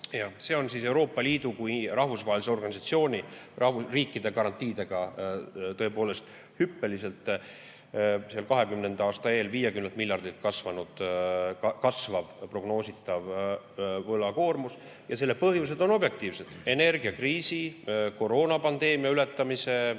see on siis Euroopa Liidu kui rahvusvahelise [ühenduse] riikide garantiidega tõepoolest hüppeliselt 2020. aasta 50 miljardilt kasvav prognoositav võlakoormus. Ja selle põhjused on objektiivsed: energiakriisi, koroonapandeemia ületamise,